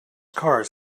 cars